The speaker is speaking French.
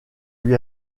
lui